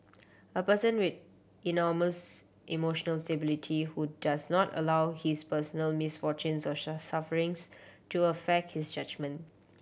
a person with enormous emotional stability who does not allow his personal misfortunes or sufferings to affect his judgement